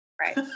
Right